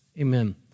Amen